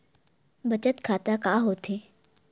बचत खाता का होथे?